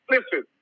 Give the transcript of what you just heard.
Listen